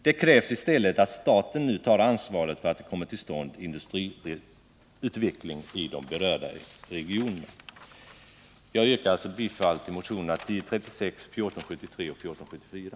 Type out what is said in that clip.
Det krävs i stället att staten nu tar ansvaret för att det kommer till stånd industriutveckling i berörda regioner. Jag yrkar alltså bifall till motionerna 1036, 1473 och 1474.